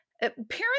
parents